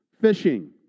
Fishing